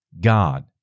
God